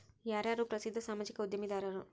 ಯಾರ್ಯಾರು ಪ್ರಸಿದ್ಧ ಸಾಮಾಜಿಕ ಉದ್ಯಮಿದಾರರು